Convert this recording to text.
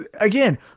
again